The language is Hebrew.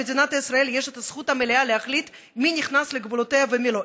למדינת ישראל יש את הזכות המלאה להחליט מי נכנס לגבולותיה ומי לא,